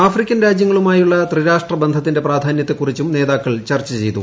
African രാജ്യങ്ങളുമായുള്ള ത്രിരാഷ്ട്ര ബന്ധത്തിന്റെ പ്രാധാന്യത്തെക്കുറിച്ചും നേതാക്കൾ ചർച്ചു ചെയ്തു